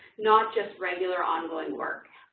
not just regular ongoing work.